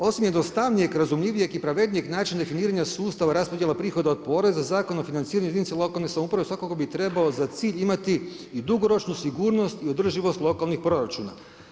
Osim jednostavnijeg, razumljivijeg i pravednijeg načina definiranja sustava raspodjela prihoda od poreza Zakon o financiranju jedinica lokalne samouprave svakako bi trebao za cilj imati i dugoročnu sigurno i održivost lokalnih proračuna.